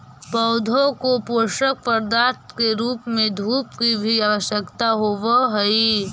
पौधों को पोषक पदार्थ के रूप में धूप की भी आवश्यकता होवअ हई